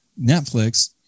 Netflix